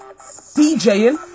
DJing